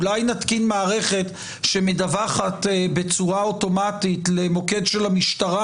אולי נתקין מערכת שמדווחת בצורה אוטומטית למוקד של המשטרה,